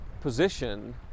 position